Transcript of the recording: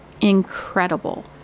incredible